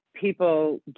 people